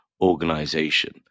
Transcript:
organization